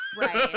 Right